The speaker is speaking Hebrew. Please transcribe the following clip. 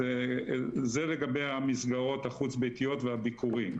זה לגבי המסגרות החוץ-ביתיות והביקורים.